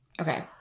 Okay